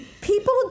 people